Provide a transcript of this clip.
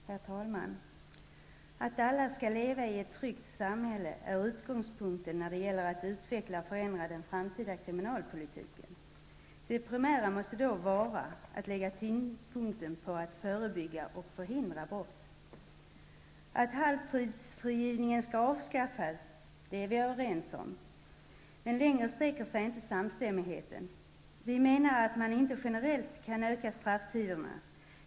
Herr talman! Att alla skall leva i ett tryggt samhälle är utgångspunkten när det gäller att utveckla och förändra den framtida kriminalpolitiken. Det primära måste då vara att lägga tyngdpunkten på att förebygga och förhindra brott. Att halvtidsfrigivningen skall avskaffas är vi överens om, men längre sträcker sig inte samstämmigheten. Vi menar att man inte generellt kan öka strafftiden.